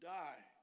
die